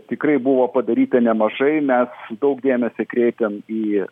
tikrai buvo padaryta nemažai mes daug dėmesio kreipiam į